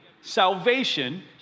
salvation